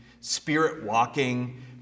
spirit-walking